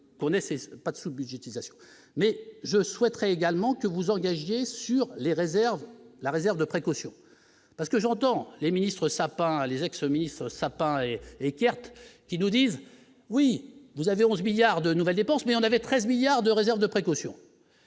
connaissez pas de sous-budgétisation mais je souhaiterais également que vous engagiez sur les réserves, la réserve de précaution parce que j'entends les ministres Sapin les ex-ministre Sapin Eckerd qui nous disent : oui, vous avez 11 milliards de nouvelles dépenses mais en avait 13 milliards de réserve de précaution.